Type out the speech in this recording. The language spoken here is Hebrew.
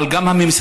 אבל גם הממסד,